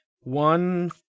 one